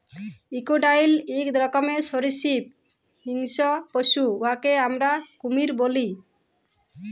crocodile ইক রকমের সরীসৃপ হিংস্র পশু উয়াকে আমরা কুমির ব্যলি